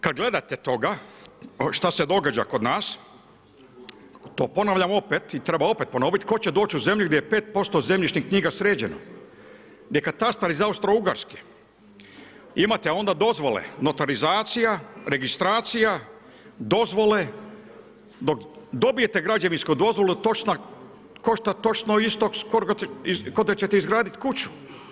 Kada gledate toga šta se događa kod nas to ponavljam opet i treba opet ponoviti, tko će doći u zemlju gdje je 5% zemljišnih knjiga sređeno, gdje je katastar iz Austro-Ugarske, imate onda dozvole notarizacija, registracija, dozvole, dok dobijete građevinsku dozvolu košta točno isto skoro ko da ćete izgraditi kući.